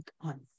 on